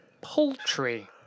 poultry